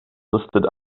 listed